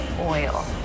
oil